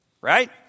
Right